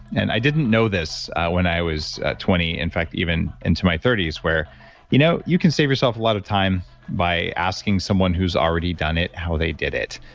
and i didn't know this when i was twenty, in fact even into my thirty s, where you know you can save yourself a lot of time by asking someone who's already done it, how they did it.